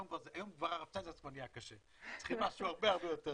היום הרב שטיינזלץ נהיה קשה וצריכים משהו יותר קל.